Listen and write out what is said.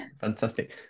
Fantastic